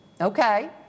Okay